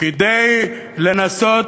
כדי לנסות